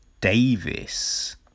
Davis